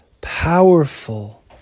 powerful